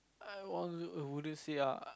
I want to a wouldn't say ah